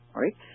right